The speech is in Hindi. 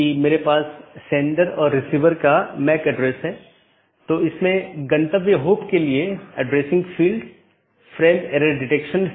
इसलिए एक पाथ वेक्टर में मार्ग को स्थानांतरित किए गए डोमेन या कॉन्फ़िगरेशन के संदर्भ में व्यक्त किया जाता है